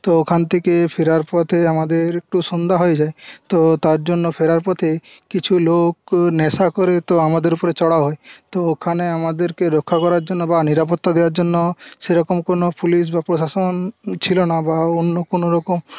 তো ওখান থেকে ফেরার পথে আমাদের একটু সন্ধ্যা হয়ে যায় তো তার জন্য ফেরার পথে কিছু লোক নেশা করে তো আমাদের ওপরে চড়াও হয় তো ওখানে আমাদেরকে রক্ষা করার জন্য বা নিরাপত্তা দেওয়ার জন্য সেরকম কোনো পুলিশ বা প্রশাসন ছিল না বা অন্য কোনোরকম